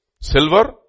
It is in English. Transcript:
silver